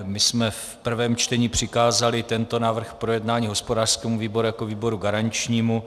My jsme v prvém čtení přikázali tento návrh k projednání hospodářskému výboru jako výboru garančnímu.